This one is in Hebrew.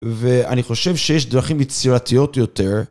ו...אני חושב שיש דרכים יצירתיות יותר,